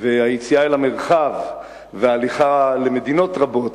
היציאה אל המרחב, ההליכה למדינות רבות